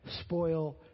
spoil